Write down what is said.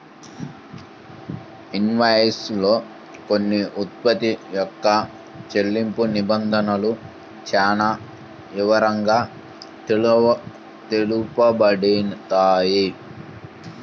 invoice లో కొన్న ఉత్పత్తి యొక్క చెల్లింపు నిబంధనలు చానా వివరంగా తెలుపబడతాయి